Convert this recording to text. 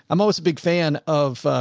i'm always a big fan of, ah,